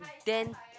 then